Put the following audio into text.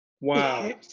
wow